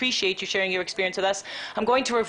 מעריכים את זה שאתם חולקים אתנו מניסיונכם אשנה את